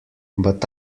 but